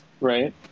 right